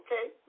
Okay